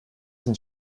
sind